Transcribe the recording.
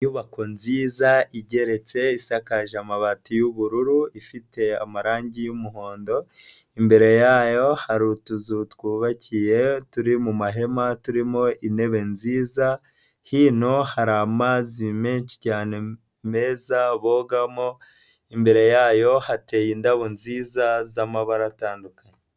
Inyubako nziza igeretse isakaje amabati y'ubururu ifite amarangi y'umuhondo, imbere yayo hari utuzu twubakiye turi mu mumahema turimo intebe nziza hino hari amazi menshi cyane meza bogamo, imbere yayo hateye indabo nziza z'amabara atandukanye.